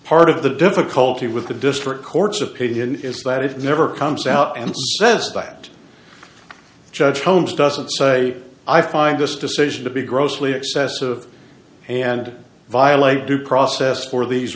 part of the difficulty with the district court's opinion is that it never comes out and says that judge holmes doesn't say i find this decision to be grossly excessive and violate due process for these